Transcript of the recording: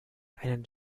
einen